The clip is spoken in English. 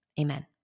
Amen